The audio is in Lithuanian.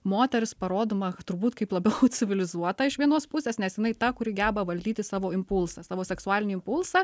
moteris parodoma turbūt kaip labiau civilizuota iš vienos pusės nes jinai ta kuri geba valdyti savo impulsą savo seksualinį impulsą